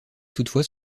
toutefois